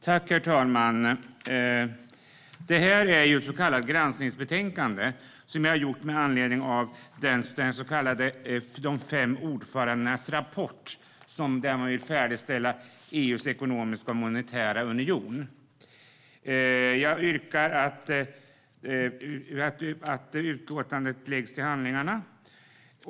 Herr talman! Det här är ett granskningsbetänkande med anledning av den så kallade de fem ordförandenas rapport, där man vill färdigställa EU:s ekonomiska och monetära union. Jag yrkar på att utlåtandet läggs till handlingarna.